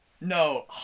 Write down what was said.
No